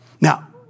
Now